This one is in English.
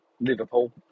Liverpool